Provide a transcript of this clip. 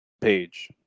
page